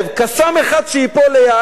"קסאם" אחד שייפול ליד,